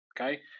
Okay